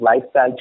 lifestyle